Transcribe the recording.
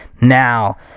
now